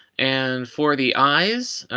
and for the eyes.